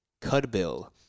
Cudbill